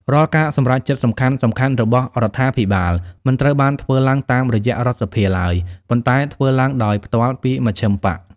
រាល់ការសម្រេចចិត្តសំខាន់ៗរបស់រដ្ឋាភិបាល មិនត្រូវបានធ្វើឡើងតាមរយៈរដ្ឋសភាឡើយ ប៉ុន្តែធ្វើឡើងដោយផ្ទាល់ពីមជ្ឈិមបក្ស។